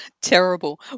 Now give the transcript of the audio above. terrible